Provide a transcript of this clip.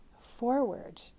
forward